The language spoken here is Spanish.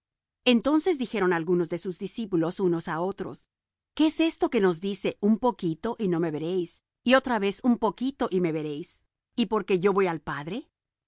entonces dijeron algunos de sus discípulos unos á otros qué es esto que nos dice un poquito y no me veréis y otra vez un poquito y me veréis y por que yo voy al padre